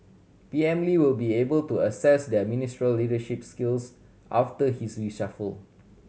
P M Lee will be able to assess their ministerial leadership skills after his reshuffle